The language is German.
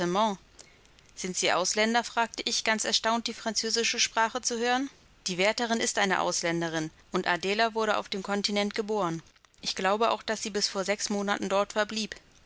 sind sie ausländer fragte ich ganz erstaunt die französische sprache zu hören die wärterin ist eine ausländerin und adela wurde auf dem kontinent geboren ich glaube auch daß sie bis vor sechs monaten dort verblieb